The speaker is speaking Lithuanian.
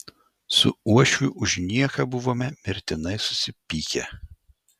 su uošviu už nieką buvome mirtinai susipykę